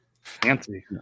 fancy